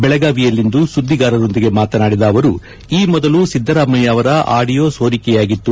ಬೆಳಗಾವಿಯಲ್ಲಿಂದು ಸುದ್ದಿಗಾರರೊಂದಿಗೆ ಮಾತನಾಡಿದ ಅವರು ಈ ಮೊದಲು ಸಿದ್ದರಾಮಯ್ಯ ಅವರ ಆಡಿಯೊ ಸೋರಿಕೆಯಾಗಿತ್ತು